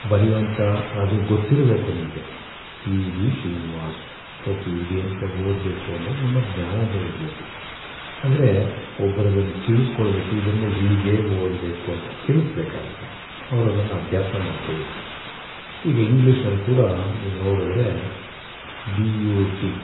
ಬರೆಯುವಂಥ ಅದು ಗೊತ್ತಿರಬೇಕು ನಿಮಗೆ P B Srinivas P B ಅಂತಲೇ ಓದಬೇಕು ಅನ್ನೋದು ನಿಮಗೆ ಜ್ಞಾನ ಇರಬೇಕು ಆದರೆ ಒಬ್ರಿಗೊಂದು ತಿಳ್ಸ್ಕೊಳ್ಬೇಕು ಹೀಗೆ ಓದಬೇಕು ಅಂತ ತಿಳಿಸ್ಬೇಕಾಗುತ್ತೆ ಅವ್ರು ಅದನ್ನು ಅಭ್ಯಾಸ ಮಾಡ್ಕೊಳ್ಬೇಕು ಈಗ ಇಂಗ್ಲಿಷಲ್ಲಿ ಕೂಡ ನೀವು ನೋಡಿದ್ರೆ ಬಿ ಯು ಟಿ